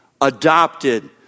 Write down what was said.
Adopted